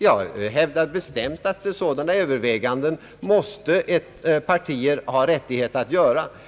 Jag hävdar bestämt att sådana överväganden måste partierna ha rätt att göra.